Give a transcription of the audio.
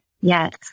Yes